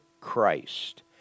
Christ